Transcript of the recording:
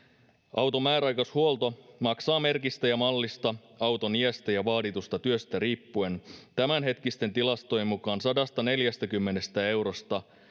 auton määräaikaishuolto maksaa merkistä ja mallista auton iästä ja vaaditusta työstä riippuen tämänhetkisten tilastojen mukaan sadastaneljästäkymmenestä eurosta